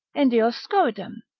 in dioscoridem.